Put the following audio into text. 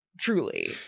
truly